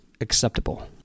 acceptable